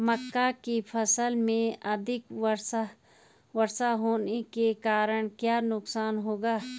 मक्का की फसल में अधिक वर्षा होने के कारण क्या नुकसान होगा?